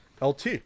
LT